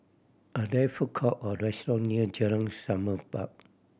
are there food court or restaurant near Jalan Semerbak